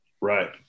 Right